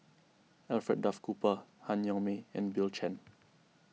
Alfred Duff Cooper Han Yong May and Bill Chen